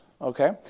okay